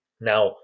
Now